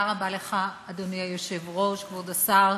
אדוני היושב-ראש, תודה רבה לך, כבוד השר,